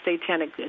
satanic